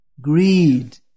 greed